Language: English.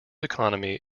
economy